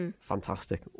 fantastic